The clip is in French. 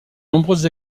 nombreuses